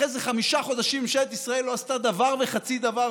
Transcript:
אחרי זה חמישה חודשים ממשלת ישראל לא עשתה דבר וחצי דבר,